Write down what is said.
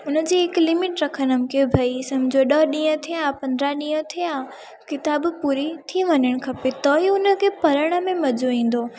उन जी हिकु लिमिट रखंदमि के भई सम्झो ॾह ॾींअं थिया पंद्रहं ॾींअं थिया किताबु पूरी थी वञणु खपे त इहा उन खे पढ़ण में मज़ो ईंदो